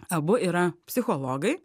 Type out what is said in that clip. abu yra psichologai